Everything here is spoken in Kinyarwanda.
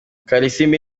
kalisimbi